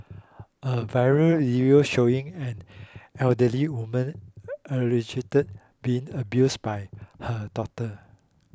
a viral video showing an elderly woman allegedly being abused by her daughter